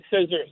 scissors